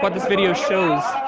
but this video shows,